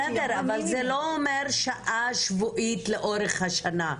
בסדר, אבל זה לא אומר שעה שבועית לאורך השנה.